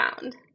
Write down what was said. found